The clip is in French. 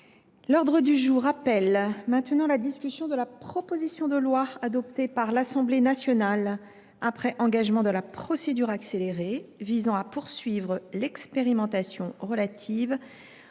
L’ordre du jour appelle la discussion de la proposition de loi, adoptée par l’Assemblée nationale après engagement de la procédure accélérée, visant à poursuivre l’expérimentation relative au